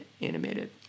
animated